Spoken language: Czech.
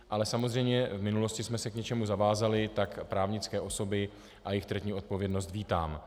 Ale samozřejmě v minulosti jsme se k něčemu zavázali, tak právnické osoby a jejich trestní odpovědnost vítám.